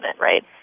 right